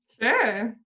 Sure